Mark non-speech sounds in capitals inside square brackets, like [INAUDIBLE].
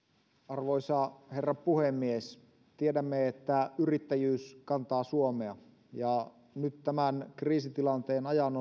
arvoisa herra puhemies tiedämme että yrittäjyys kantaa suomea ja nyt tämän kriisitilanteen ajan [UNINTELLIGIBLE]